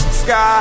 sky